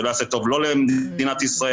זה לא יעשה טוב לא למדינת ישראל,